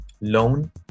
loan